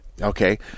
Okay